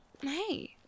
hey